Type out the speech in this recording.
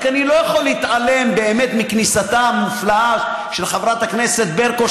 רק אני לא יכול להתעלם מכניסתה המופלאה של חברת הכנסת ברקו,